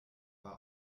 war